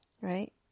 right